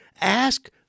ask